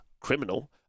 criminal